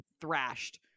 thrashed